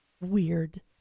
weird